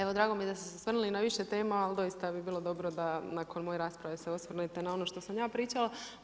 Evo drago mi je da ste se osvrnuli na više tema, ali doista bi bilo dobro da nakon moje rasprave se osvrnete na ono što sam ja pričala.